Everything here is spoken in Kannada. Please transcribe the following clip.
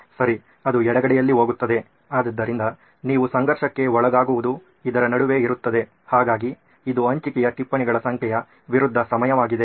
ಸರಿ ಅದು ಎಡಗೈಯಲ್ಲಿ ಹೋಗುತ್ತದೆ ಆದ್ದರಿಂದ ನೀವು ಸಂಘರ್ಷಕ್ಕೆ ಒಳಗಾಗುವುದು ಇದರ ನಡುವೆ ಇರುತ್ತದೆ ಹಾಗಾಗಿ ಇದು ಹಂಚಿಕೆಯ ಟಿಪ್ಪಣಿಗಳ ಸಂಖ್ಯೆಯ ವಿರುದ್ಧ ಸಮಯವಾಗಿದೆ